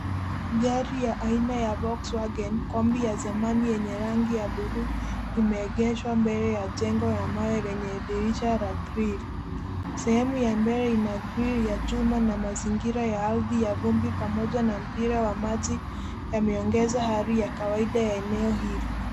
Gari ya aina ya Volkswagen Kombi ya zamani yenye rangi ya buluu imeegeshwa mbele ya jengo la mawe yenye dirisha la grili. Sehemu ya mbele ina grili ya chuma na mazingira ya ardhi ya vumbi pamoja na mpira wa maji yameongeza hali ya kawaida ya eneo hilo.